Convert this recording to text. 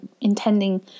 intending